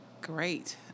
Great